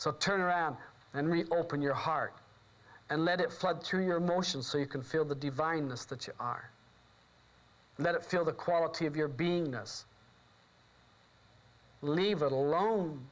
so turn around and open your heart and let it flood to your emotions so you can feel the divine this that you are let it feel the quality of your beingness leave it alone